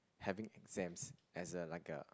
having exams as a like a